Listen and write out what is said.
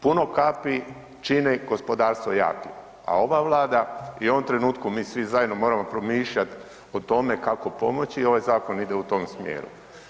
Puno kapi čini gospodarstvo jakim, a ova Vlada i u ovom trenutku mi svi zajedno moramo promišljati o tome kako pomoći, ovaj zakon ide u tom smjeru.